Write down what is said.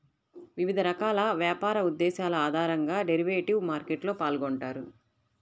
వివిధ రకాల వ్యాపార ఉద్దేశాల ఆధారంగా డెరివేటివ్ మార్కెట్లో పాల్గొంటారు